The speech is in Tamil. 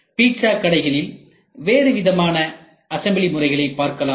பீட்சா கடைகளில் வேறுவித அசம்பிளி முறைகளை பார்க்கலாம்